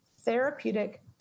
therapeutic